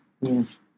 yes